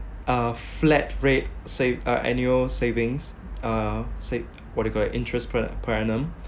a flat rate sav~ uh annual savings uh sa~ what you call that interest per per annum